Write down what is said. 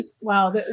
Wow